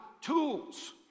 tools